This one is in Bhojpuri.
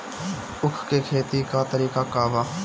उख के खेती का तरीका का बा?